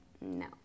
no